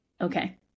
Okay